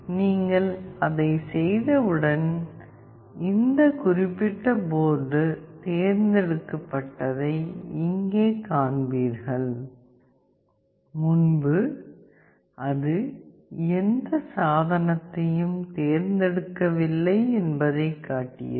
நீங்கள் அதை செய்தவுடன் இந்த குறிப்பிட்ட போர்டு தேர்ந்தெடுக்கப்பட்டதை இங்கே காண்பீர்கள் முன்பு அது எந்த சாதனத்தையும் தேர்ந்தெடுக்கவில்லை என்பதைக் காட்டுகிறது